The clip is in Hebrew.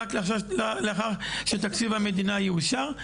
רק לאחר שתקציב המדינה יאושר.